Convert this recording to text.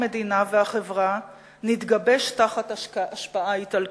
המדינה והחברה נתגבש תחת השפעה איטלקית.